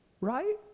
right